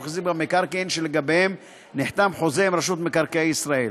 החזיק במקרקעין שלגביהם נחתם חוזה עם רשות מקרקעי ישראל.